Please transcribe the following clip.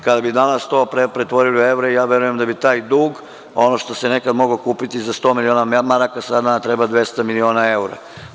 Kada bi danas to pretvorili u evre, ja verujem da bi taj dug, ono što se nekad moglo kupiti za 100 miliona maraka, sad nama treba 200 miliona eura.